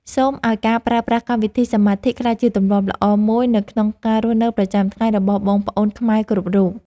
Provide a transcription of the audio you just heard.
សូមឱ្យការប្រើប្រាស់កម្មវិធីសមាធិក្លាយជាទម្លាប់ល្អមួយនៅក្នុងការរស់នៅប្រចាំថ្ងៃរបស់បងប្អូនខ្មែរគ្រប់រូប។